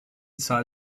zahl